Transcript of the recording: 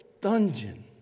Dungeon